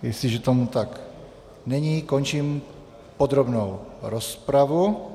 Jestliže tomu tak není, končím podrobnou rozpravu.